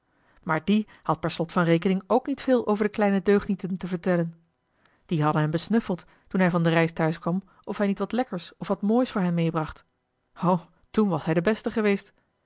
maar die had per slot van rekening ook niet veel over de kleine deugnieten te vertellen die hadden hem besnuffeld toen hij van de reis thuis kwam of hij niet wat lekkers of wat moois voor hen mee bracht o toen was hij de beste geweest